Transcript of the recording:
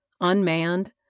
unmanned